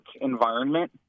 environment